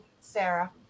sarah